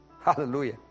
Hallelujah